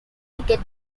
ticket